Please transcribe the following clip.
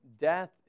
death